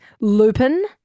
Lupin